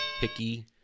Picky